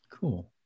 Cool